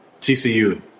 TCU